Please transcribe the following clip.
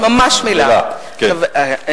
מלה, כן.